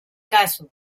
caso